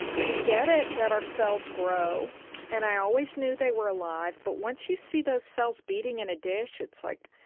we get it that our cells grow and i always knew they were alive, but once you see those cells beating in a dish it's like,